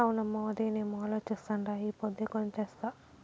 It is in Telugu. అవునమ్మో, అదేనేమో అలోచిస్తాండా ఈ పొద్దే కొని తెస్తా